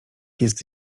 jest